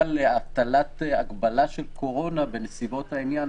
להטלה הגבלה של קורונה בנסיבות העניין,